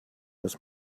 dass